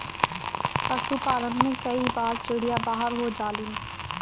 पशुपालन में कई बार चिड़िया बाहर हो जालिन